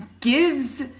gives